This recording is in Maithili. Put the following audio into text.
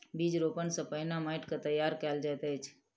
बीज रोपण सॅ पहिने माइट के तैयार कयल जाइत अछि